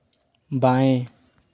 बाएँ